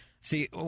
see